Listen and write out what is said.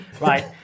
Right